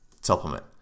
supplement